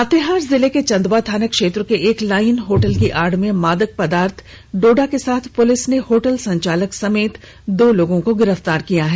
लातेहार जिले के चंदवा थाना क्षेत्र के एक लाइन होटल की आड़ में मादक पदार्थ डोडा के साथ पुलिस ने होटल संचालक समेत दो को गिरफ्तार किया है